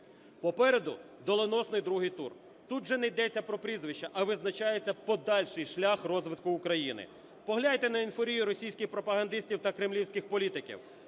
Попереду доленосний другий тур. Тут вже не йдеться про прізвища, а визначається подальший шлях розвитку України. Погляньте на ейфорію російських пропагандистів та кремлівських політиків.